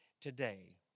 today